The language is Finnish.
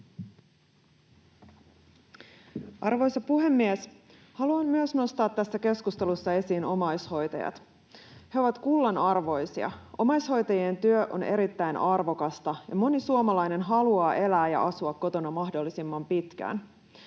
Arvoisa puhemies! Haluan myös nostaa tässä keskustelussa esiin omaishoitajat. He ovat kullanarvoisia. Omaishoitajien työ on erittäin arvokasta, ja moni suomalainen haluaa elää ja asua kotona mahdollisimman pitkään.